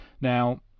Now